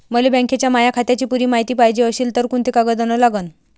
मले बँकेच्या माया खात्याची पुरी मायती पायजे अशील तर कुंते कागद अन लागन?